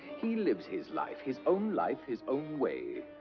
he lives his life, his own life, his own way.